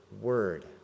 word